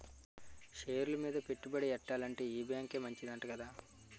షేర్లు మీద పెట్టుబడి ఎట్టాలంటే ఈ బేంకే మంచిదంట కదా